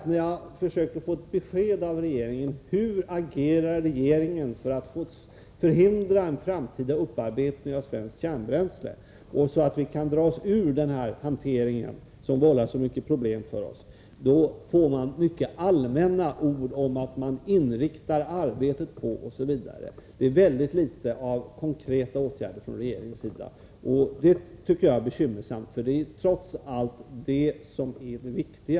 När jag försöker få ett besked från regeringen om hur regeringen agerar för att förhindra den framtida upparbetningen av svenskt kärnbränsle så att vi kan dra oss ur denna hantering som vållar oss så många problem, får jag till svar mycket allmänna ord om att man ”inriktar arbetet på”, osv. Det är mycket litet av konkreta åtgärder från regeringens sida. Det är bekymmersamt. Trots allt är konkreta åtgärder det viktiga.